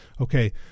Okay